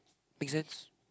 make sense